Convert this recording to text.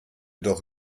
doch